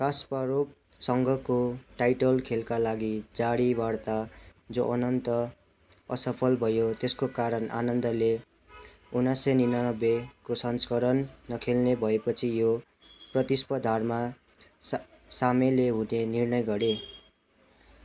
कास्पारोभसँगको title खेलका लागि जारी वार्ता जो अनन्त असफल भयो त्यसको कारण आनन्दले उन्नाइस सय उनानब्बेको संस्करण नखेल्ने भए पछि यो प्रतिस्पर्धामा सामेल हुँदै निर्णय गरे